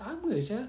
lama sia